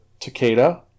Takeda